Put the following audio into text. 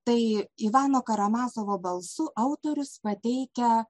tai ivano karamazovo balsu autorius pateikia